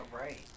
right